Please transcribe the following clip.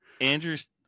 Andrews